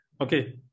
Okay